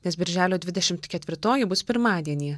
nes birželio dvidešimt ketvirtoji bus pirmadienį